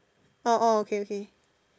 orh orh okay okay